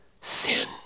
sin